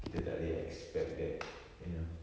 kita tak boleh expect that you know